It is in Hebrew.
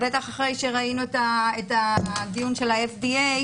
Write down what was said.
בטח אחרי שראינו את הדיון של ה-FDA,